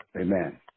Amen